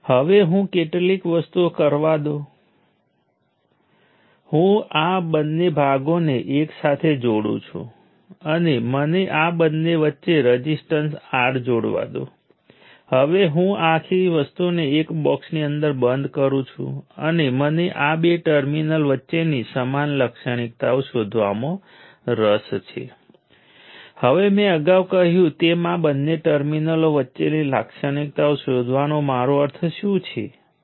તેથી હું સાબિત કરી શકતો નથી કે આ પાવર છે પરંતુ આને N ટર્મિનલ એલિમેન્ટની વ્યાખ્યા તરીકે લો અને તમે આ એક્સપ્રેશન અને બે ટર્મિનલ વાળા એલિમેન્ટ માટે અમારી પાસે જે એક્સપ્રેશન હતી તેની વચ્ચે સામ્યતા બનાવીને તમે તમારી જાતને ખાતરી આપી શકો છો કે આ સાચું છે